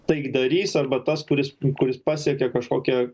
taikdarys arba tas kuris kuris pasiekė kažkokią